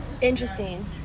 interesting